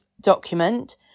document